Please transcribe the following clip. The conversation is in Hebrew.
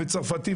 והצרפתי,